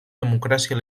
democràcia